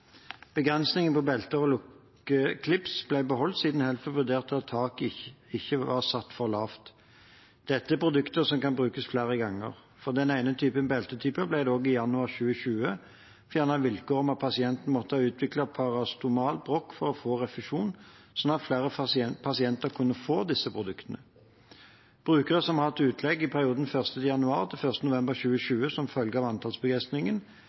Begrensningene på belter og lukkeklips ble beholdt siden Helfo vurderte at taket ikke var satt for lavt. Dette er produkter som kan brukes flere ganger. For den ene beltetypen ble det også i januar 2020 fjernet vilkår om at pasienten måtte ha utviklet parastomalt brokk for å få refusjon, slik at flere pasienter kunne få disse produktene. Brukere som har hatt utlegg i perioden 1. januar til 1. november 2020 som følge av